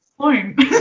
point